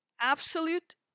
absolute